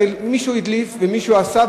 הרי מישהו הדליף ומישהו עשה,